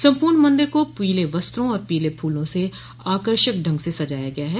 सम्पूर्ण मंदिर को पीले वस्त्रों और पीले फूलों से आकर्षक ढंग से सजाया गया है